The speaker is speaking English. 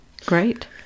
great